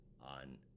on